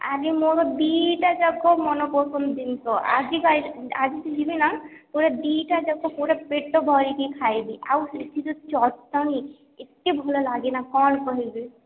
ଆରେ ମୋର ଦୁଇଟା ଯାକ ମନ ପସନ୍ଦ ଜିନିଷ ଆଜି ଯିବିନା ପୁରା ଦୁଇଟା ଯାକ ପୁରା ପେଟ ଭରିକି ଖାଇବି ଆଉ ସେଥିରେ ଚଟଣି ଏତେ ଭଲ ଲାଗେନା କଣ କହିବି